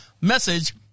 message